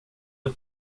det